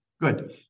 good